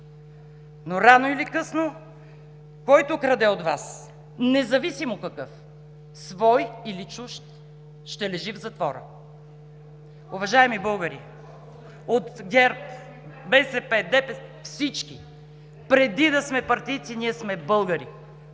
но рано или късно, който краде от Вас, независимо какъв – свой или чужд, ще лежи в затвора. Уважаеми българи от ГЕРБ, БСП, ДПС, преди да сме партийци всички ние сме българи,